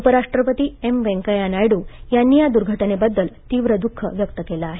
उपराष्ट्रपती एम वैंकय्या नायडू यांनी या दुर्घटनेबद्दल तीव्र दुख व्यक्त केलं आहे